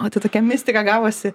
o tai tokia mistika gavosi